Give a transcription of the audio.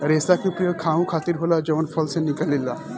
रेसा के उपयोग खाहू खातीर होला जवन फल में से निकलेला